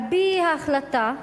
על-פי ההחלטה,